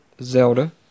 Zelda